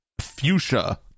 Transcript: fuchsia